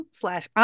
slash